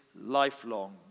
lifelong